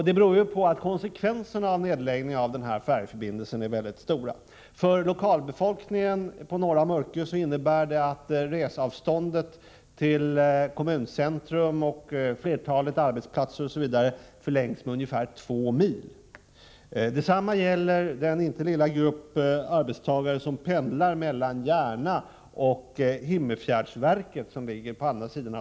Det beror på att konsekvenserna av en nedläggning av färjeförbindelsen är mycket stora. För lokalbefolkningen på norra Mörkö kommer reseavståndet till kommuncentrum, till flertalet arbetsplatser osv. att förlängas med ungefär 2 mil. Detsamma gäller den inte så lilla grupp arbetstagare som pendlar mellan Järna och Himmerfjärdsverket, som ligger i Grödinge.